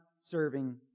serving